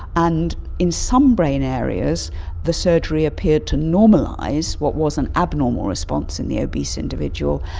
and in some brain areas the surgery appeared to normalise what was an abnormal response in the obese individual.